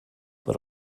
but